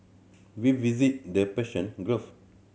we visited the Persian Gulf